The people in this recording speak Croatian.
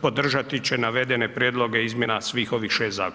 podržati će navedene prijedloge izmjena svih ovih 6 zakona.